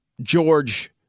George